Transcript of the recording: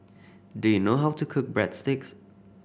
do you know how to cook Breadsticks